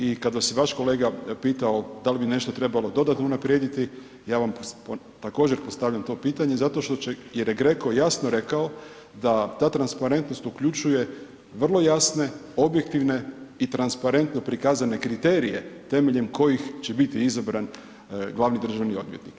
I kada vas je vaš kolega pitao, da li bi nešto trebalo dodatno unaprijediti, ja vam također postavljam to pitanje zato što će jer je GRECO jasno rekao da ta transparentnost uključuje vrlo jasne, objektivne i transparentno prikazane kriterije temeljem kojih će biti izabran glavni državni odvjetnik.